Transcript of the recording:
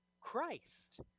Christ